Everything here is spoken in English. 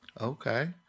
Okay